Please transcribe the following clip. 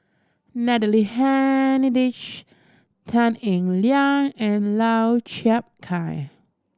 Natalie Hennedige Tan Eng Liang and Lau Chiap Khai